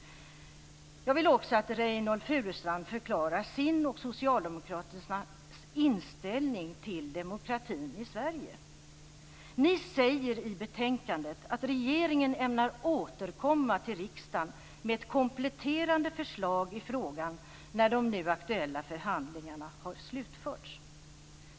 Jag vill också att Reynold Furustrand förklarar sin och socialdemokraternas inställning till demokratin i Ni säger i betänkandet att regeringen ämnar återkomma till riksdagen med ett kompletterande förslag i frågan när de nu aktuella förhandlingarna har slutförts.